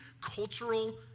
cultural